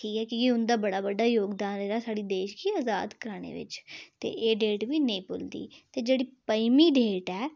की जे उं'दा बड़ा बड्डा जोगदान रेह्दा साढ़े देश गी अजाद कराने बिच ते एह् डेट बी निं भुलदी ते जेह्ड़ी पञमीं डेट ऐ